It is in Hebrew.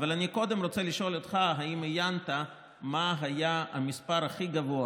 אבל אני קודם רוצה לשאול אותך: האם עיינת מה היה המספר הכי גבוה,